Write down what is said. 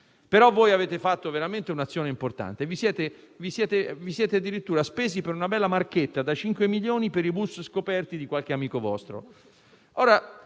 Però voi avete fatto veramente un'azione importante: vi siete addirittura spesi per una bella marchetta da 5 milioni per i bus scoperti di qualche amico vostro.